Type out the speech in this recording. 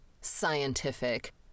scientific